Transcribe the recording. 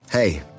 Hey